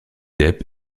depp